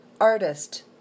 artist